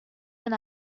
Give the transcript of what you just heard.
and